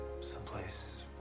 Someplace